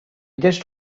just